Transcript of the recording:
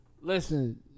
Listen